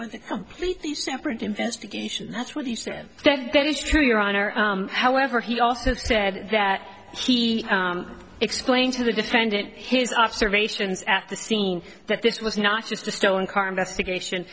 was completely separate investigation that's what he said that is true your honor however he also said that he explained to the defendant his observations at the scene that this was not just a stolen car investigation